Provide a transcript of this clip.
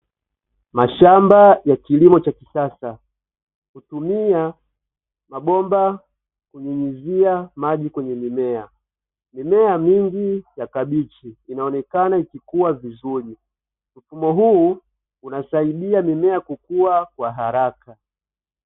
Mashamba ya kilimo cha kisasa hutumia mabomba kunyunyizia maji kwenye mimea, mimea mingi ya kabichi inaonekana ikikua vizuri, mfumo huu unasaidia mimea kukua kwa haraka.